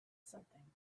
something